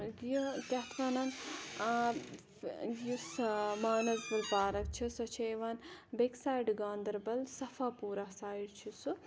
کیاہ اَتھ وَنان یُس مانَزبَل پارَک چھِ سۄ چھِ یِوان بٮ۪کہِ سایڈٕ گاندَربَل صَفاپورہ سایِڈ چھِ سۄ